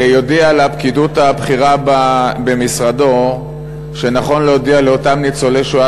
ויודיע לפקידות הבכירה במשרדו שנכון להודיע לאותם ניצולי שואה